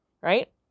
right